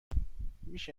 میشه